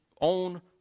own